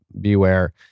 Beware